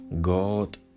God